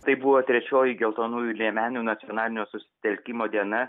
tai buvo trečioji geltonųjų liemenių nacionalinio susitelkimo diena